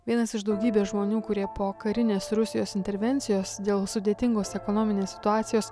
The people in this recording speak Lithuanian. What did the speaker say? vienas iš daugybės žmonių kurie po karinės rusijos intervencijos dėl sudėtingos ekonominės situacijos